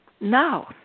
Now